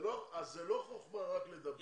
זה לא חוכמה רק לדבר.